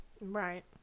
Right